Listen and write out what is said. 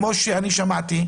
כמו שאני שמעתי,